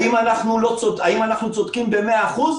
האם אנחנו צודקים במאה אחוז?